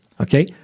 Okay